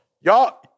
y'all